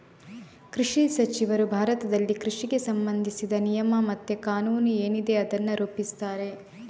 ಕೃಷಿ ಸಚಿವರು ಭಾರತದಲ್ಲಿ ಕೃಷಿಗೆ ಸಂಬಂಧಿಸಿದ ನಿಯಮ ಮತ್ತೆ ಕಾನೂನು ಏನಿದೆ ಅದನ್ನ ರೂಪಿಸ್ತಾರೆ